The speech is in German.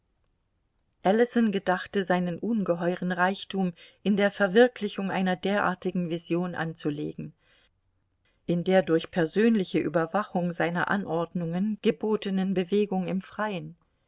ellison gedachte seinen ungeheuren reichtum in der verwirklichung einer derartigen vision anzulegen in der durch persönliche überwachung seiner anordnungen gebotenen bewegung im freien